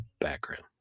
background